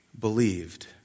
believed